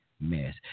mess